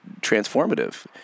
transformative